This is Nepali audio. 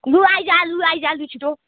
ल आइज् ल आइज् ल छिट्टो